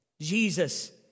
Jesus